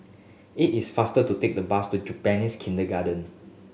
it is faster to take the bus to Japanese Kindergarten